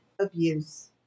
abuse